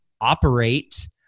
operate